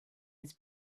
his